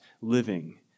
living